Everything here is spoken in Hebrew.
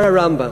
אומר הרמב"ם: